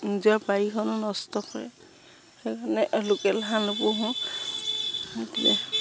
নিজৰ বাৰীখন নষ্ট কৰে সেইকাৰণে লোকেল হাঁহ নোপোহোঁ